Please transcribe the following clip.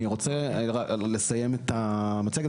אני רוצה לסיים את המצגת.